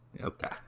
Okay